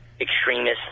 Extremists